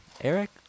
Eric